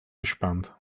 gespannt